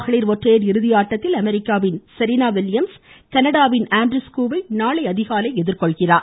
மகளிர் ஒற்றையர் இறுதி ஆட்டத்தில் அமெரிக்காவின் செரீனா வில்லியம்ஸ் கனடாவின் ஆண்ட்ரிஸ்கூ வை நாளை அதிகாலை எதிர்கொள்கிறார்